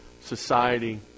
society